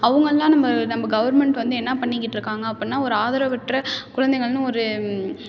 அவங்களல்லாம் நம்ம நம்ம கவர்மெண்ட் வந்து என்னப் பண்ணிக்கிட்டிருக்காங்க அப்புடின்னா ஒரு ஆதரவற்ற குழந்தைகள்னு ஒரு